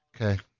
Okay